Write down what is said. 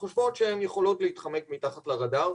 וחושבות שהן יכולות להתחמק מתחת לרדאר.